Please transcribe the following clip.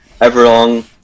Everlong